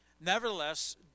Nevertheless